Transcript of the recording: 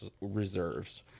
reserves